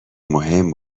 مهم